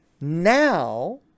now